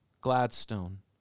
Gladstone